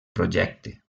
projecte